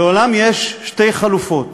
לעולם יש שתי חלופות: